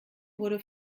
wurde